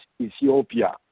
ethiopia